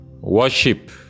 Worship